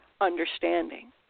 understanding